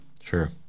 Sure